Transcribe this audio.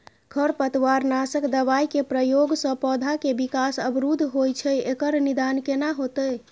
खरपतवार नासक दबाय के प्रयोग स पौधा के विकास अवरुध होय छैय एकर निदान केना होतय?